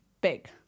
big